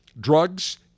drugs